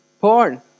Porn